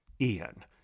Ian